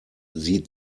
sie